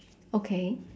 okay